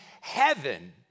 heaven